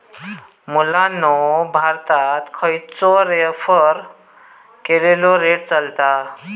मुलांनो भारतात खयचो रेफर केलेलो रेट चलता?